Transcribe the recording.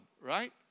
right